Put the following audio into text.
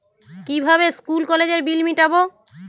কিভাবে স্কুল কলেজের বিল মিটাব?